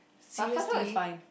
seriously